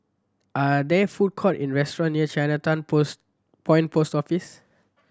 are there food courts in restaurants near Chinatown Post Point Post Office